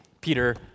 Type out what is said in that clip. Peter